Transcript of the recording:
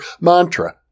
mantra